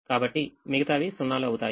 కాబట్టి మిగతావి 0 లు అవుతాయి